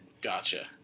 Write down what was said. Gotcha